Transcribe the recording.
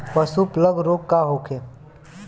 पशु प्लग रोग का होखे?